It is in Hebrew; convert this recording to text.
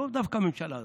לאו דווקא הממשלה הזאת,